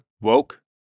Woke